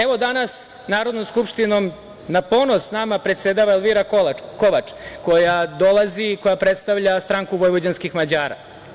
Evo, danas Narodnom skupštinom na ponos nama predsedava Elvira Kovač, koja dolazi i koja predstavlja Stranku vojvođanskih Mađara.